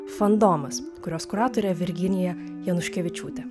fandomas kurios kuratorė virginija januškevičiūtė